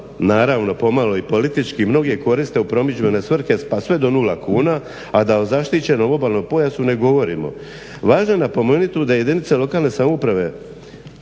naravno pomalo i politički mnoge koriste u promidžbene svrhe, pa sve do 0 kuna, a da o obalnom pojasu ne govorimo. Važno je napomenuti tu da jedinice lokalne samouprave